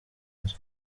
nzu